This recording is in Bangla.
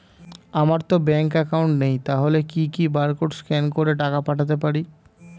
আমারতো ব্যাংক অ্যাকাউন্ট নেই তাহলে কি কি বারকোড স্ক্যান করে টাকা পাঠাতে পারি?